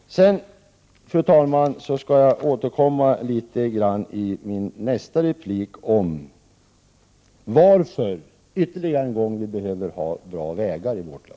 Fru talman! Jag skall i min nästa replik återkomma till varför vi behöver ha bra vägar i vårt land.